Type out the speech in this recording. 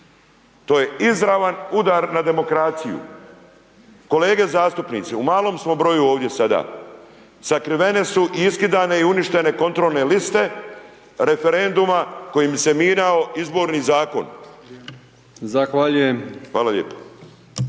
To je izravan udar na demokraciju. Kolege zastupnici, u malom smo broju ovdje sada, sakrivene su u iskidane i uništene kontrolne liste referenduma kojim se mijenjao Izborni zakon. Hvala lijepa.